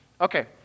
Okay